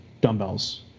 dumbbells